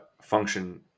function